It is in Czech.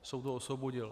Soud ho osvobodil.